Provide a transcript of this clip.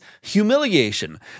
humiliation